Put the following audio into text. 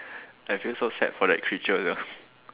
I feel so sad for that creature sia